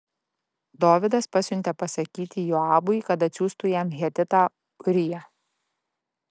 dovydas pasiuntė pasakyti joabui kad atsiųstų jam hetitą ūriją